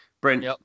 Brent